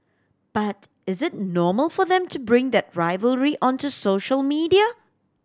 but is it normal for them to bring that rivalry onto social media